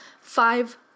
five